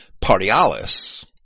partialis